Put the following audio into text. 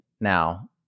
now